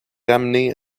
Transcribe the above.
ramené